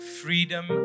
freedom